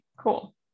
cool